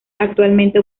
actualmente